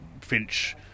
Finch